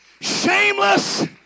Shameless